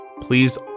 Please